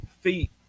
feet